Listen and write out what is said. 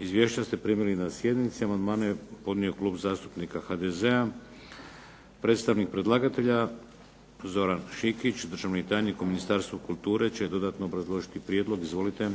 Izvješća ste primili na sjednici. Amandmane je podnio Klub zastupnika HDZ-a. Predstavnik predlagatelja, Zoran Šikić državni tajnik u Ministarstvu kulture će dodatno obrazložiti prijedlog. Izvolite.